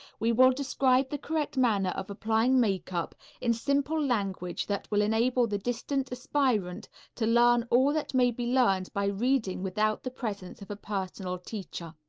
we will describe the correct manner of applying makeup in simple language that will enable the distant aspirant to learn all that may be learned by reading without the presence of a personal teacher.